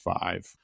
five